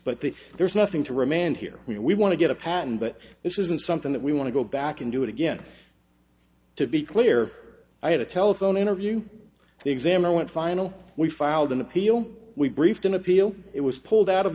that there's nothing to remand here we want to get a patent but this isn't something that we want to go back and do it again to be clear i had a telephone interview the examiner went final we filed an appeal we briefed an appeal it was pulled out of